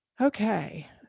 Okay